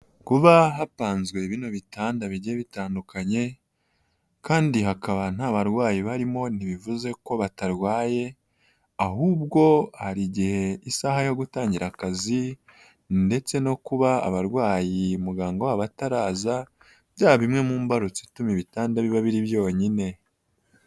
Kuba hapanzwe bino bitanda bigiye bitandukanye kandi hakaba nta barwayi barimo ntibivuze ko batarwaye ahubwo hari igihe isaha yo gutangira akazi ndetse no kuba abarwayi muganga wabo ataraza byaba bimwe mu mbarutso ituma ibitanda biba biri byonyine.